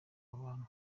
abantu